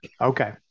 okay